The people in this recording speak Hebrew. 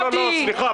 סליחה,